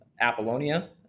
Apollonia